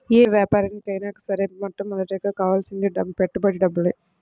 యే యాపారానికైనా సరే మొట్టమొదటగా కావాల్సింది పెట్టుబడి డబ్బులే